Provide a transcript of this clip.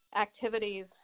activities